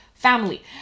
family